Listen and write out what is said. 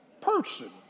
person